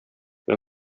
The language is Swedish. vem